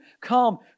Come